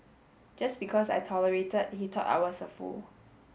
just because I tolerated he thought I was a fool